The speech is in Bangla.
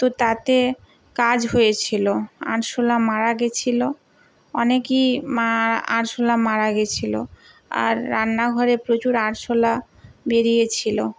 তো তাতে কাজ হয়েছিলো আরশোলা মারা গেছিলো অনেকই আরশোলা মারা গেছিলো আর রান্নাঘরে প্রচুর আরশোলা বেরিয়েছিলো